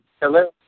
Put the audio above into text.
Hello